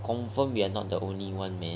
confirmed we are not the only one man